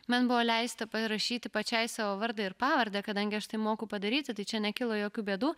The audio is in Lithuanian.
man buvo leista parašyti pačiai savo vardą ir pavardę kadangi aš tai moku padaryti tai čia nekilo jokių bėdų